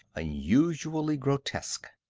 unusually grotesque.